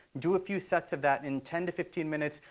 do a few sets of that. in ten to fifteen minutes,